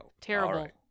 Terrible